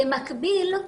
במקביל,